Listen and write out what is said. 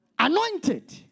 Anointed